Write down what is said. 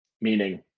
meaning